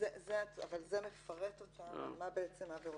זה מפרט מה בעצם העבירות.